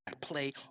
play